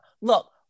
Look